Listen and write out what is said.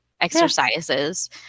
exercises